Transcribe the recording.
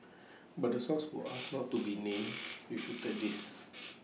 but the source who asked not to be named refuted this